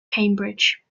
cambridge